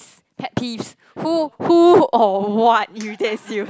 pet peeve who who or what irritates you